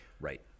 Right